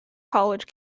college